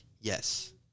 yes